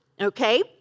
Okay